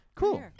Cool